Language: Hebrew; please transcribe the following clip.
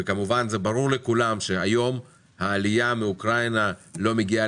וכמובן זה ברור לכולם שהיום העלייה מאוקראינה לא מגיעה